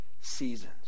seasons